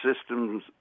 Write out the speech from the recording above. System's